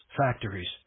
factories